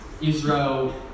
Israel